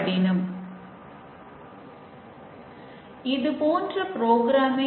verification